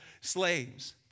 slaves